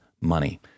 money